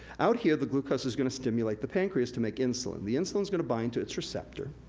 out here, the glucose is gonna stimulate the pancreas to make insulin, the insulin's gonna bind to it's receptor,